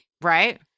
Right